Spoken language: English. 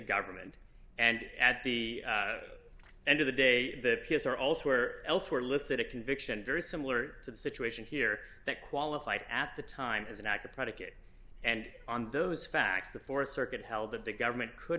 government and at the end of the day the piercer all swear elsewhere listed a conviction very similar to the situation here that qualified at the time as an act of predicate and on those facts the th circuit held that the government could